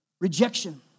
Rejection